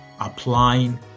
applying